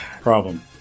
Problem